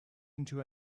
into